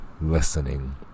listening